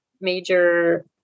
major